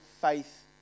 faith